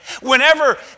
Whenever